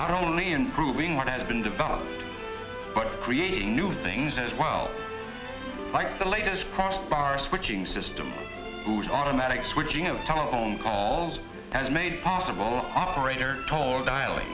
not only improving what had been developed but creating new things as well like the latest progress bar switching system whose automatic switching of telephone calls has made possible operator told